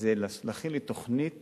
זה להכין לי תוכנית